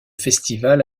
festival